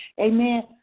amen